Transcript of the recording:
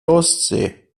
ostsee